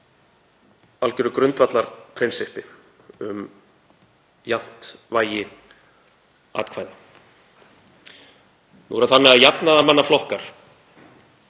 algjöru grundvallarprinsippi um jafnt vægi atkvæða. Nú er það þannig að jafnaðarmannaflokkar